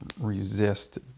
resist